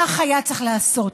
כך היה צריך לעשות.